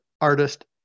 artist